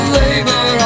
labor